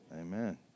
Amen